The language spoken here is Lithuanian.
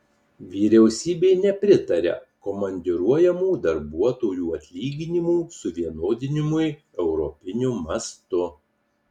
vyriausybė nepritaria komandiruojamų darbuotojų atlyginimų suvienodinimui europiniu mastu